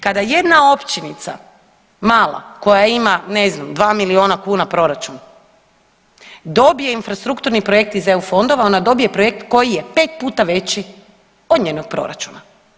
Kada jedna općinica mala koja ima ne znam 2 milijuna kuna proračun dobije infrastrukturni projekt iz EU fondova ona dobije projekt koji je pet puta veći od njenog proračuna.